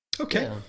okay